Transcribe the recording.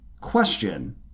Question